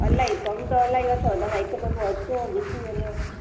अलाई कम त अलाई अथव तव्हां हिक दफ़ो अचो ॾिसी वञो